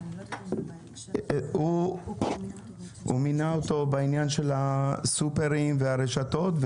הוא מינה אותו בעניין הסופרים והרשתות,